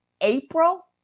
April